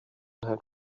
had